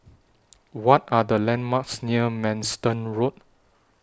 What Are The landmarks near Manston Road